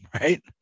right